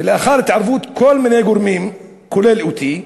ולאחר התערבות כל מיני גורמים, כולל אותי,